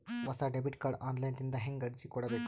ಹೊಸ debit card online ದಿಂದ ಹೇಂಗ ಅರ್ಜಿ ಕೊಡಬೇಕು?